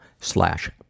slash